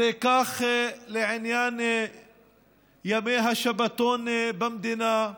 זה כך לענייני ימי השבתון במדינה.